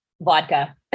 Vodka